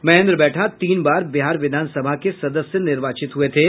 महेन्द्र बैठा तीन बार बिहार विधानसभा के सदस्य निर्वाचित हुए थे